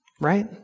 right